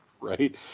Right